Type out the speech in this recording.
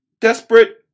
desperate